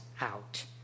out